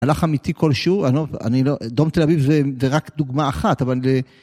הלך אמיתי כלשהו, אני לא, דרום תל אביב זה רק דוגמה אחת, אבל...